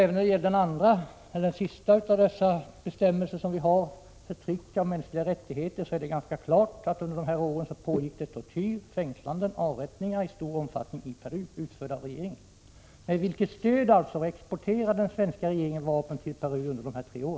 Vad gäller den sista punkten i bestämmelserna, förtryck av de mänskliga rättigheterna, är det ganska klart att det under dessa år pågick tortyr, fängslande och avrättningar i stor omfattning i Peru som utfördes av regeringen. Med vilket stöd exporterade den svenska regeringen vapen till Peru under dessa tre år?